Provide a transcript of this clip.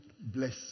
bless